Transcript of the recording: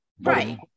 Right